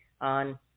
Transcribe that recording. on